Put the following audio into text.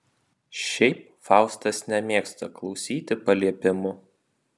šiaip faustas nemėgsta klausyti paliepimų